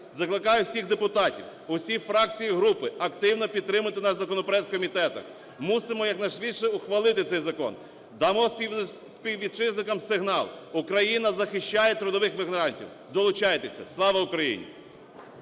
Закликаю всіх депутатів, усі фракції і групи активно підтримати наш законопроект у комітетах, мусимо якнайшвидше ухвалити цей закон. Дамо співвітчизникам сигнал: Україна захищає трудових мігрантів. Долучайтеся. Слава Україні!